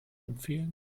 empfehlen